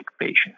patients